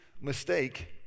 mistake